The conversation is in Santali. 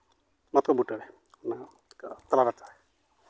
ᱢᱟᱛᱠᱚᱢ ᱵᱩᱴᱟᱹᱨᱮ ᱚᱱᱟ ᱛᱟᱞᱟ ᱨᱟᱪᱟᱨᱮ